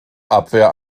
abwehr